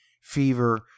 Fever